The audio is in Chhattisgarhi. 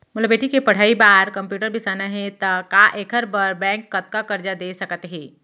मोला बेटी के पढ़ई बार कम्प्यूटर बिसाना हे त का एखर बर बैंक कतका करजा दे सकत हे?